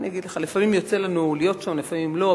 לפעמים יוצא לנו להיות שם ולפעמים לא,